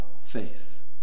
faith